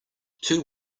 two